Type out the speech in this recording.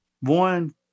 One